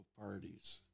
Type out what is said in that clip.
parties